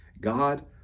God